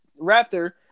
Raptor